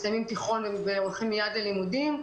מסיימים תיכון והולכים מייד ללימודים.